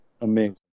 amazing